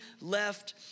left